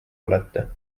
olete